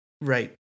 right